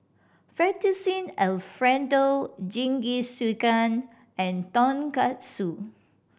Fettuccine Alfredo Jingisukan and Tonkatsu